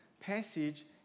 passage